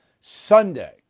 Sunday